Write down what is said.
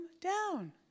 down